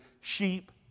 sheep